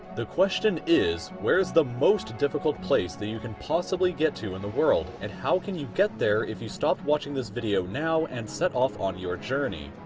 the question is, where is the most difficult place that you can possibly get to in the world? and how can you get there if you stop watching this video now, and set off on your journey?